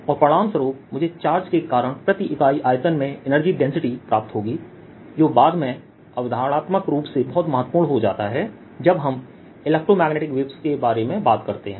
और परिणामस्वरूप मुझे चार्ज के कारण प्रति इकाई आयतन में एनर्जी डेंसिटी प्राप्त होगी जो बाद में अवधारणात्मक रूप से बहुत महत्वपूर्ण हो जाता है जब हम इलेक्ट्रोमैग्नेटिक वेव्स के बारे में बात करते हैं